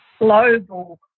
global